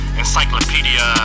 encyclopedia